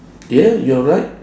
yeah you're right